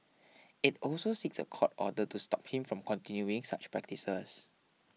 it also seeks a court order to stop him from continuing such practices